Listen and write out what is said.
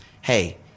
hey